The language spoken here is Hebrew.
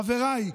לסיכום, חבריי,